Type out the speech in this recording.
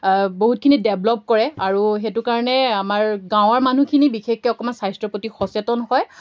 বহুতখিনি ডেভলপ কৰে আৰু সেইটো কাৰণে আমাৰ গাঁৱৰ মানুহখিনি বিশেষকৈ অকণমান স্বাস্থ্যৰ প্ৰতি সচেতন হয়